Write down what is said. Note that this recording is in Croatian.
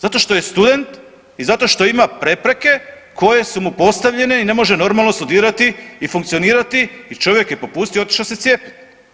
Zato što je student i zato što ima prepreke koje su mu postavljene i ne može normalno studirati i funkcionirati i čovjek je popustio i otišao se cijepiti.